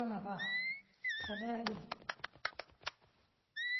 Anafaa, seneyandiroo.